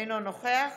אינו נוכח